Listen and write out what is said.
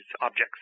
objects